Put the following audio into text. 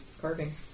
carving